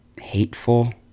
hateful